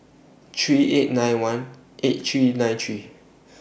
three eight nine one eight three nine three